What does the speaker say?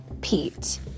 Pete